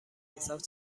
انصاف